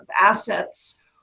assets